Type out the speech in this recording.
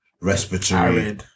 respiratory